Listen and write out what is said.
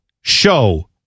show